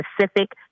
specific